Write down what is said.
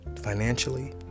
financially